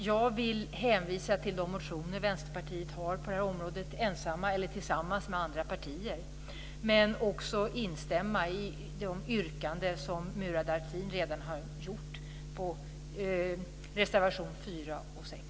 Jag vill hänvisa till de motioner som Vänsterpartiet har på området - ensamt eller tillsammans med andra partier. Jag instämmer också i de yrkanden som Murad Artin redan har gjort på reservation 4 och 6.